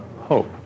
Hope